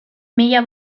mila